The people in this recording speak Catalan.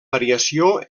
variació